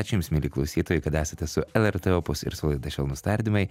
ačiū jums mieli klausytojai kad esate su lrt opus ir su laida švelnūs tardymai